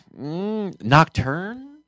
Nocturne